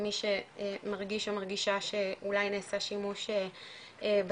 למי שמרגיש או מרגישה שאולי נעשה שימוש בסם,